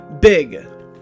big